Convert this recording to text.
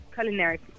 culinary